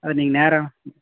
அது நீங்கள் நேராக